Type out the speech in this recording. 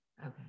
okay